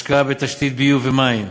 השקעה בתשתית ביוב ומים,